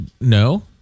no